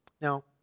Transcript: Now